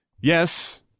yes